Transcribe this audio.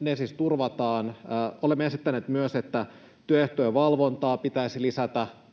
ne siis turvataan. Olemme esittäneet myös, että työehtojen valvontaa pitäisi lisätä